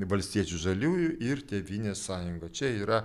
valstiečių žaliųjų ir tėvynės sąjunga čia yra